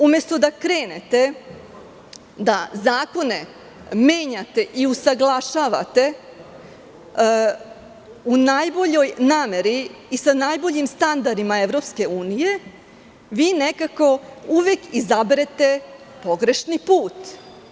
Umesto da krenete da zakone menjate i usaglašavate u najboljoj nameri i sa najboljim standardima EU, vi nekako uvek izaberete pogrešni put.